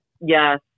yes